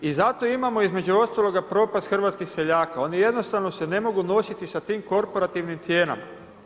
I zato imamo između ostalog propast hrvatskih seljaka, oni jednostavno se ne mogu nositi sa tim korporativnim cijenama.